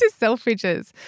Selfridges